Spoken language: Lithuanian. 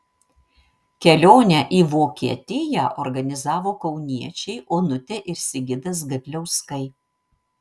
kelionę į vokietiją organizavo kauniečiai onutė ir sigitas gadliauskai